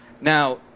Now